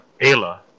Ayla